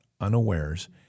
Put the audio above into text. unawares